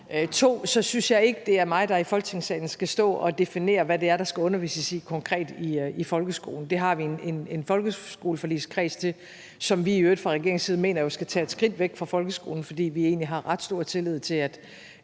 andet synes jeg ikke, det er mig, der i Folketingssalen skal stå og definere, hvad det er, der skal undervises i konkret i folkeskolen. Det har vi en folkeskoleforligskreds til, som vi i øvrigt fra regeringens side mener skal gå et skridt væk fra folkeskolen, fordi vi egentlig har ret stor tillid til, at